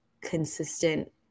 consistent